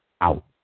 out